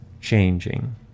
changing